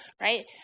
right